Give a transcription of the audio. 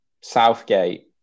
Southgate